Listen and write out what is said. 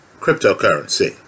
cryptocurrency